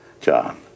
John